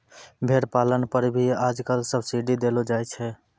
भेड़ पालन पर भी आजकल सब्सीडी देलो जाय छै